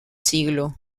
siglo